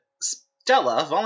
Stella